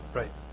right